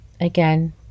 again